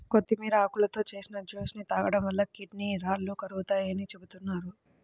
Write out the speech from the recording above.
కొత్తిమీర ఆకులతో చేసిన జ్యూస్ ని తాగడం వలన కిడ్నీ రాళ్లు కరుగుతాయని చెబుతున్నారు